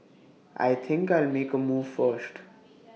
I think I'll make A move first